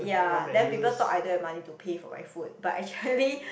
ya then people thought I don't have money to pay for my food but actually